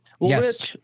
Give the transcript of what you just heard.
Yes